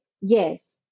Yes